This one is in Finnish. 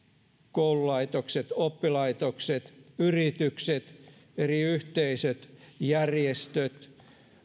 koululaitokset oppilaitokset yritykset eri yhteisöt järjestöt